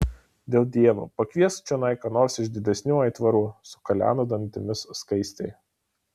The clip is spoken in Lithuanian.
dėl dievo pakviesk čionai ką nors iš didesnių aitvarų sukaleno dantimis skaistė